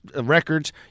records